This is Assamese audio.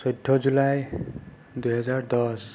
চৈধ্য জুলাই দুহেজাৰ দহ